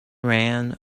ran